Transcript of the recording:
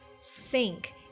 sink